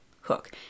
hook